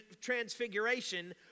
Transfiguration